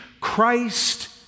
Christ